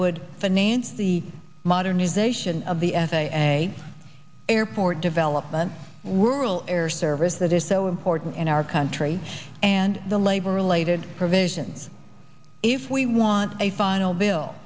would finance the modernization of the f a a airport development were all air service that is so important in our country and the labor related provisions if we want a final bill